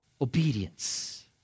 obedience